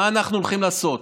מה אנחנו הולכים לעשות.